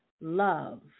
love